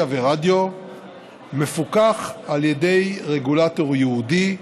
ורדיו מפוקח על ידי רגולטור ייעודי,